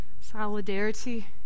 solidarity